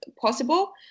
possible